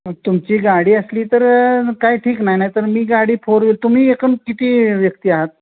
मग तुमची गाडी असली तर काय ठीक नाही नाही तर मी गाडी फोर व तुम्ही एकूण किती व्यक्ती आहात